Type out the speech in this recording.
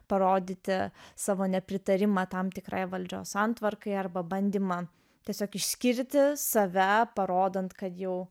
parodyti savo nepritarimą tam tikrajam valdžios santvarkai arba bandymams tiesiog išskirti save parodant kad jau